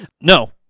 No